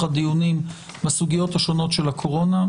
הדיונים בסוגיות השונות של הקורונה,